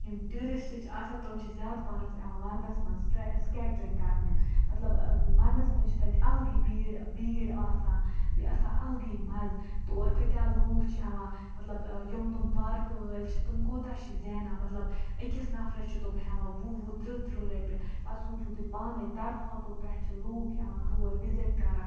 یِم ٹیٛوٗرِسٹہٕ چھِ آسان تِم چھِ زیادٕ پَہنَس یِوان وَنٛدس مَنٛز سکیٹرِنٛگ کَرنہِ مطلب ٲں وَنٛدس مَنٛز چھِ تَتہِ اَلگٕے بھیٖڑ بھیٖڑ آسان بیٚیہِ آسان اَلگٕے مَزٕ تور کۭتیٛاہ لوٗکھ چھِ یِوان مطلب ٲں یِم تِم پارکہٕ وٲلۍ چھِ تِم کوتاہ چھِ زینان مطلب أکِس نَفرَس چھِ تِم ہیٚوان وُہ وُہ تٕرٛہ تٕرٛہ رۄپیہِ پَتہٕ سوٗنٛچِو تُہۍ پانٔے طرفاتو پٮ۪ٹھ چھِ لوٗکھ یِوان تور وِزِٹ کَران